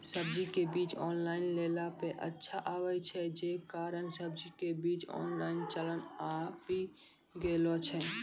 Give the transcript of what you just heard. सब्जी के बीज ऑनलाइन लेला पे अच्छा आवे छै, जे कारण सब्जी के बीज ऑनलाइन चलन आवी गेलौ छै?